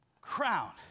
crown